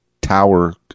Tower